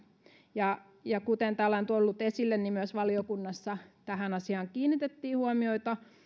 kuten täällä on tullut esille niin myös valiokunnassa tähän asiaan kiinnitettiin